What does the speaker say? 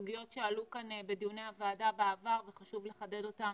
סוגיות שעלו כאן בדיוני הוועדה בעבר וחשוב לחדד אותן